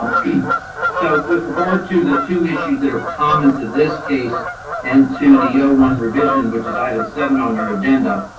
so with regard to the two issues that are common to this case and to the ah one revision, which is item seven on your agenda,